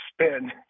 spin